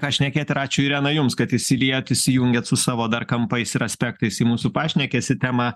ką šnekėt ir ačiū irena jums kad įsiliejot įsijungėt su savo dar kampais ir aspektais į mūsų pašnekesį temą